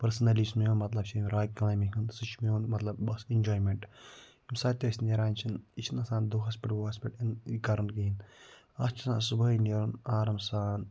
personally چھِ میون مَطلَب چھِ ییٚمہِ راک کٕلایمبِنٛگ ہُنٛد سُہ چھِ میون مَطلَب بَس اٮ۪نجایمٮ۪نٛٹ ییٚمہِ ساتہٕ تہِ أسۍ نیران چھِنہٕ یہِ چھِنہٕ آسان دۄہَس پٮ۪ٹھ وۄہَس پٮ۪ٹھ یہِ کَرُن کِہیٖنۍ اَتھ چھِ آسان صُبحٲے نیرُن آرام سان